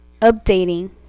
updating